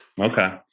Okay